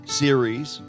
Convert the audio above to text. series